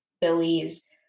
Billy's